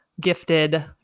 gifted